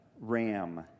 Ram